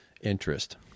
interest